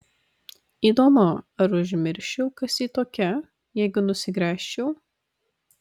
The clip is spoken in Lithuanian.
įdomu ar užmirščiau kas ji tokia jeigu nusigręžčiau